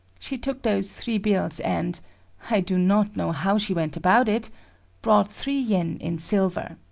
she took those three bills, and i do not know how she went about it brought three yen in silver.